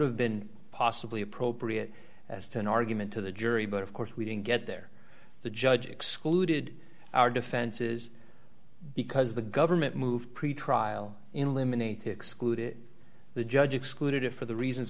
have been possibly appropriate as to an argument to the jury but of course we didn't get there the judge excluded our defenses because the government moved pretrial eliminate excluded the judge excluded it for the reasons